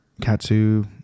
katsu